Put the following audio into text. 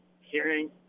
hearing